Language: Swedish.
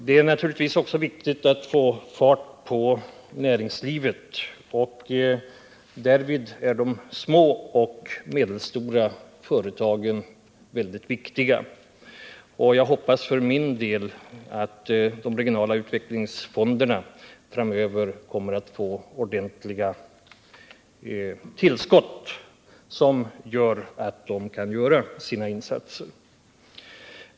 Det är naturligtvis också viktigt att få fart på näringslivet. Därvid är de små och medelstora företagen mycket viktiga. Jag hoppas för min del att de regionala utvecklingsfonderna framöver kommer att få ordentliga tillskott, så att de kan göra kraftfulla insatser.